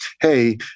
Hey